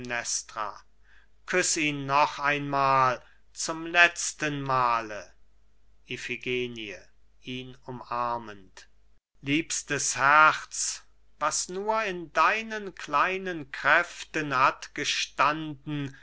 küss ihn noch einmal zum letztenmale iphigenie ihn umarmend liebstes herz was nur in deinen kleinen kräften hat gestanden